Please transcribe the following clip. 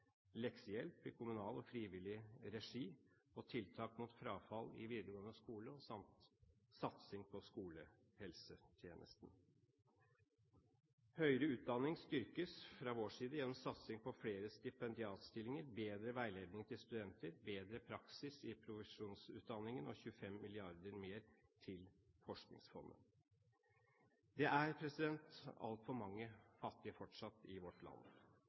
leksehjelp i kommunal og frivillig regi, tiltak mot frafall i videregående skole samt på skolehelsetjenesten. Høyere utdanning styrkes fra vår side gjennom satsing på flere stipendiatstillinger, bedre veiledning til studenter, bedre praksis i profesjonsutdanningen og 25 mrd. kr mer til Forskningsfondet. Det er fortsatt atfor mange fattige i vårt land.